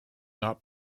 not